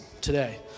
today